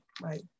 right